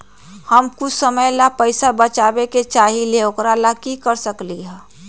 हम कुछ समय ला पैसा बचाबे के चाहईले ओकरा ला की कर सकली ह?